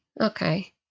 Okay